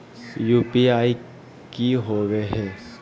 UPI की होवे है?